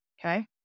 okay